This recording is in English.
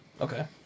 Okay